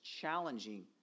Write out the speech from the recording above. challenging